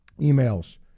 emails